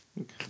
Okay